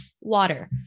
water